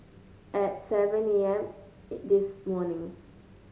at seven A M this morning